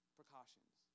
precautions